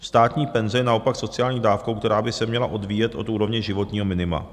Státní penze je naopak sociální dávkou, která by se měla odvíjet od úrovně životního minima.